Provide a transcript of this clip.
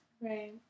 Right